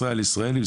ישראל ישראלי,